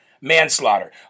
manslaughter